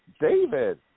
David